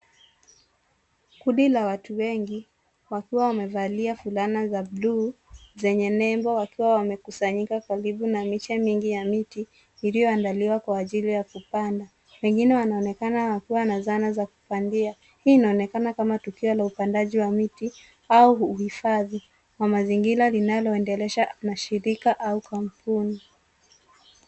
Kundi la watu wengi wakiwa wamevalia fulana za bluu zenye nebo wakiwa wamekusanyika kwenye miti iliyoandaliwa kwa ajili ya kupanda. Wengine wanaonekana wakiwa na zana za kupandia. Hii inaonekana kama tukio la upandaji wa miti au uhifadhi wa mazingira linaloendelesha mashirika au kampuni.